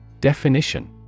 Definition